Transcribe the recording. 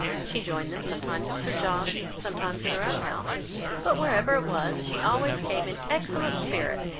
she joined them sometimes at sir john's, sometimes at her own house but wherever it was, she always came in excellent spirits,